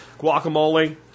Guacamole